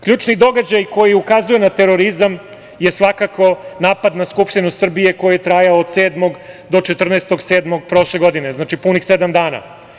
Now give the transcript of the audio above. Ključni događaj koji svakako ukazuje na terorizam je napad na Skupštinu Srbije koji je trajao od 7. do 14. jula prošle godine, znači punih sedam dana.